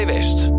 West